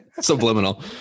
Subliminal